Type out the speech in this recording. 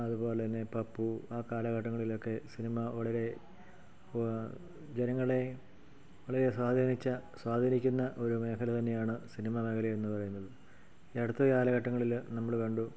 അതുപോലെ തന്നെ പപ്പു ആ കാലഘട്ടങ്ങളിലൊക്കെ സിനിമ വളരെ ജനങ്ങളെ വളരെ സ്വാധീനിച്ച സ്വാധീനിക്കുന്ന ഒരു മേഘല തന്നെയാണ് സിനിമ മേഘലയെന്നു പറയുന്നത് ഈ അടുത്ത കാലഘട്ടങ്ങളിൽ നമ്മൾ കണ്ടു